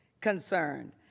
concerned